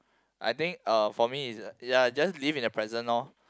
I think uh for me its just ya live in the present loh